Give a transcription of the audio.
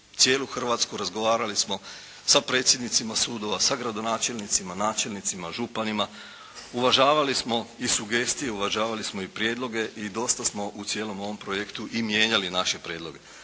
cijelu Hrvatsku, razgovarali samo sa predsjednicima sudova, sa gradonačelnicima, načelnicima, županima, uvažavali smo i sugestije, uvažavali smo i prijedloge i dosta smo u cijelom ovom projektu i mijenjali naše prijedloge.